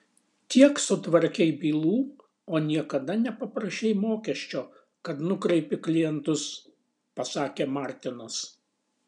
tiek sutvarkei bylų o niekada nepaprašei mokesčio kad nukreipi klientus pasakė martinas